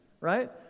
right